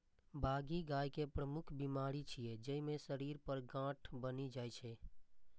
बाघी गाय के प्रमुख बीमारी छियै, जइमे शरीर पर गांठ बनि जाइ छै